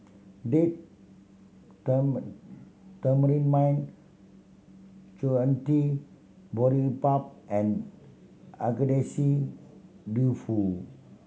Date Tamarind Chutney Boribap and Agedashi Dofu